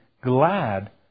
glad